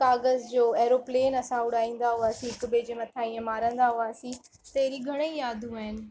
कागज़ जो ऐरोप्लेन असां उड़ाईंदा हुआसीं हिक ॿिए जे मथां ईअं मारंदा हुआसीं त अहिड़ी घणेई यादूं आहिनि